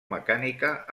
mecànica